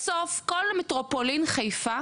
בסוף כל מטרופולין חיפה